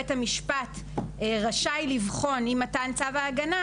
בית המשפט רשאי לבחון עם מתן צו ההגנה